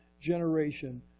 generation